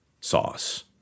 Sauce